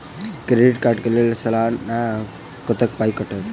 Credit card कऽ लेल सलाना कत्तेक पाई कटतै?